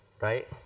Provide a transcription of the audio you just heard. right